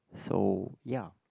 so ya